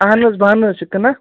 اَہَن حظ بانہٕ حظ چھِ کٕنان